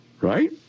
right